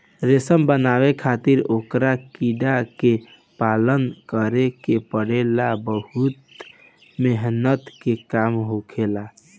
रेशम बनावे खातिर ओकरा कीड़ा के पालन करे के पड़ेला बहुत मेहनत के काम होखेला